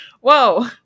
whoa